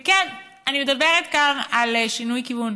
וכן, אני מדברת כאן על שינוי כיוון.